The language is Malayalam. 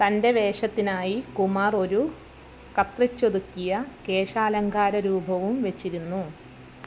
തൻ്റെ വേഷത്തിനായി കുമാർ ഒരു കത്രിച്ചൊതുക്കിയ കേശാലങ്കാര രൂപവും വെച്ചിരുന്നു